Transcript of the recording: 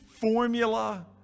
formula